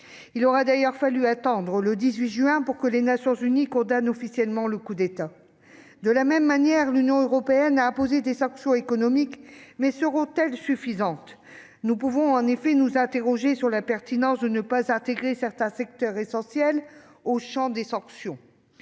Il aura ainsi fallu attendre le 18 juin pour que les Nations unies condamnent officiellement le coup d'État. De la même manière, l'Union européenne a imposé des sanctions économiques, mais seront-elles suffisantes ? Nous pouvons en effet nous interroger sur la pertinence de la décision consistant à ne pas intégrer certains secteurs essentiels dans le champ des sanctions,